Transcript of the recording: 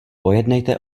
pojednejte